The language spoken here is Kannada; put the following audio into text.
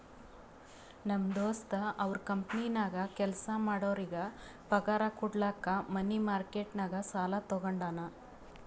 ನಮ್ ದೋಸ್ತ ಅವ್ರ ಕಂಪನಿನಾಗ್ ಕೆಲ್ಸಾ ಮಾಡೋರಿಗ್ ಪಗಾರ್ ಕುಡ್ಲಕ್ ಮನಿ ಮಾರ್ಕೆಟ್ ನಾಗ್ ಸಾಲಾ ತಗೊಂಡಾನ್